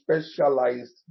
specialized